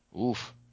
Oof